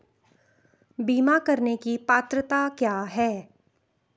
बीमा करने की पात्रता क्या है?